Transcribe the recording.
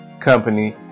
company